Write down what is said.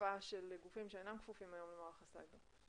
- הכפפה של גופים של גופים שאינם כפופים היום למערך הסייבר.